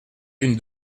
d’une